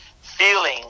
feeling